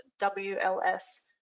WLS